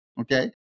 Okay